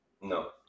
No